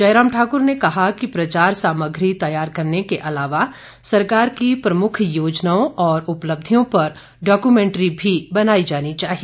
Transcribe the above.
जयराम ठाकुर ने कहा कि प्रचार सामग्री तैयार करने के अलावा सरकार की प्रमुख योजनाओं और उपलब्धियों पर डॉक्यूमेंटरी भी बनाई जानी चाहिए